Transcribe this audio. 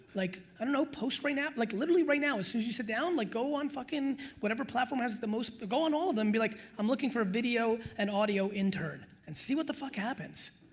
ah know post right now, like literally right now, as soon as you sit down, like go on fuckin' whatever platform has the most, go on all of them be like i'm looking for a video and audio intern and see what the fuck happens.